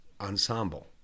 ensemble